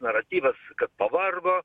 naratyvas kad pavargo